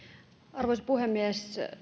arvoisa puhemies